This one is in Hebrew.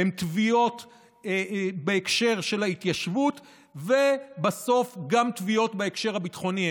תביעות בהקשר של ההתיישבות ובסוף גם תביעות בהקשר הביטחוני.